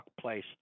place